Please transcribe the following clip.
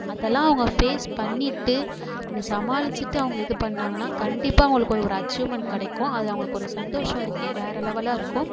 அதெல்லாம் அவங்க ஃபேஸ் பண்ணிவிட்டு அதை சமாளிச்சுட்டு அவங்க இது பண்ணாங்கனா கண்டிப்பாக அவங்களுக்கு ஒரு அச்சீவ்மெண்ட் கிடைக்கும் அது அவங்களுக்கு ஒரு சந்தோஷம் இருக்கு வேற லெவலாக இருக்கும்